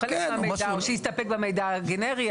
זה שעברתם מוולונטריות לחובה, הבנתי.